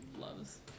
loves